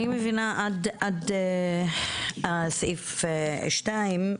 אני מבינה עד סעיף (2).